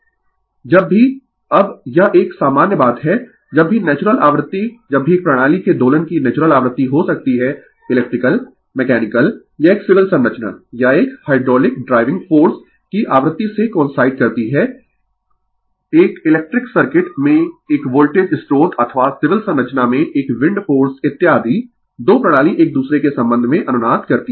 Refer slide Time 1843 जब भी अब यह एक सामान्य बात है जब भी नेचुरल आवृत्ति जब भी एक प्रणाली के दोलन की नेचुरल आवृत्ति हो सकती है इलेक्ट्रिकल मैकेनिकल या एक सिविल संरचना या एक हाइड्रोलिक ड्राइविंग फोर्स की आवृत्ति से कोइनसाइड करती है एक इलेक्ट्रिक सर्किट में एक वोल्टेज स्त्रोत अथवा सिविल संरचना में एक विंड फोर्स इत्यादि 2 प्रणाली एक दूसरे के संबंध में अनुनाद करती है